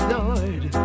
Lord